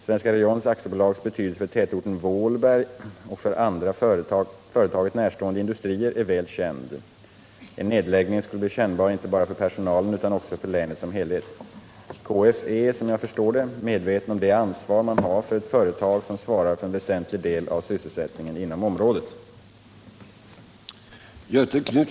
Svenska Rayon AB:s betydelse för tätorten Vålberg och för andra företaget närstående industrier är väl känd. En nedläggning skulle bli kännbar inte bara för personalen utan också för länet som helhet. KF är, som jag förstår det, medvetet om det ansvar man har för ett företag som svarar för en väsentlig del av sysselsättningen inom området.